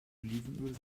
olivenöl